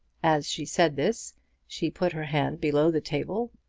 as she said this she put her hand below the table,